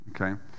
Okay